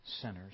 sinners